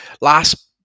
last